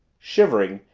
shivering,